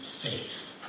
faith